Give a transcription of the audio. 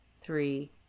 three